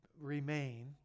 remain